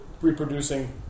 reproducing